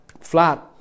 flat